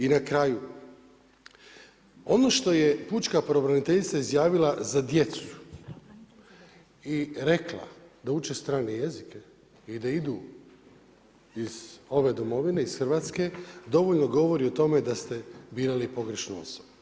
I na kraju, ono što je pučka pravobraniteljica izjavila za djecu i rekla da uče strane jezike ili da idu iz ove domovine, iz Hrvatske dovoljno govori o tome da ste birali pogrešnu osobu.